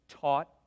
taught